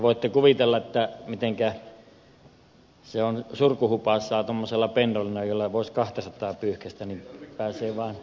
voitte kuvitella mitenkä se on surkuhupaisaa tuommoisella pen dolinolla jolla voisi kahtasataa pyyhkäistä kun pääsee vaan